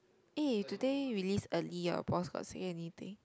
eh today release early your boss got say anything